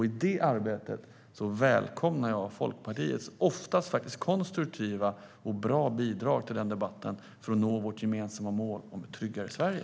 I det arbetet välkomnar jag Folkpartiets oftast konstruktiva och bra bidrag för att nå vårt gemensamma mål om ett tryggare Sverige.